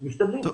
משתדלים.